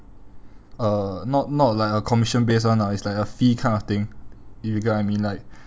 uh not not like a commission based one lah it's like a fee kind of thing if you get what I mean like